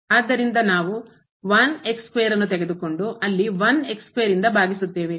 ಆದ್ದರಿಂದ ನಾವು 1 ಅನ್ನು ತೆಗೆದುಕೊಂಡು ಅಲ್ಲಿ1 ಭಾಗಿಸುತ್ತೇವೆ